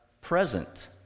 present